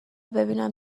ببینیم